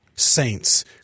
Saints